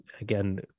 again